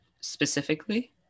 specifically